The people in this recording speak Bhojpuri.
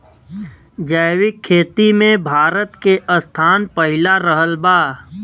जैविक खेती मे भारत के स्थान पहिला रहल बा